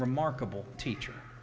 remarkable teacher